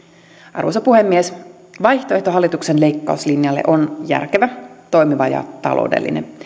arvoisa puhemies vaihtoehto hallituksen leikkauslinjalle on järkevä toimiva ja taloudellinen